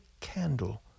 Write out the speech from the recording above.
candle